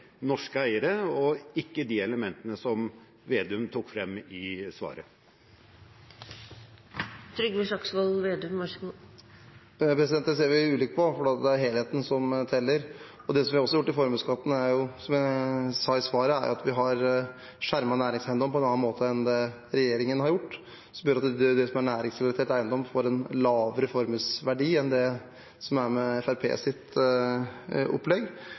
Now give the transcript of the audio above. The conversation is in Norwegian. norske eierskapet og rammer norske eiere, og ikke de elementene som Slagsvold Vedum tok frem i svaret. Det ser vi ulikt på, for det er helheten som teller. Det vi også har gjort i formuesskatten, er, som jeg sa i svaret, å skjerme næringseiendom på en annen måte enn det regjeringen har gjort. Næringsrelatert eiendom får en lavere formuesverdi enn med Fremskrittspartiets opplegg. Vi har økt bunnfradraget ytterligere i formuesskatten, og vi har gjort målrettede grep der vi forbedrer avskrivningssatsene, som gjør at det